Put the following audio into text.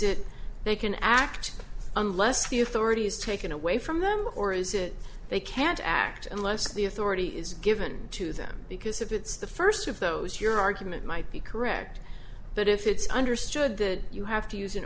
it they can act unless the authority is taken away from them or is it they can't act unless the authority is given to them because if it's the first of those your argument might be correct but if it's understood that you have to use an